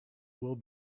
will